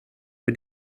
für